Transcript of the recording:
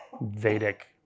Vedic